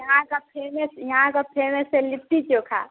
यहाँ का फेमस यहाँ का फेमस है लिट्टी चोखा